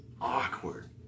awkward